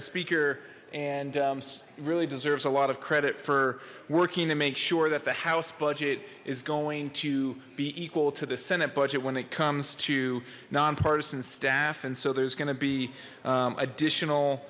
the speaker and really deserves a lot of credit for working to make sure that the house budget is going to be equal to the senate budget when it comes to nonpartisan staff and so there's going to be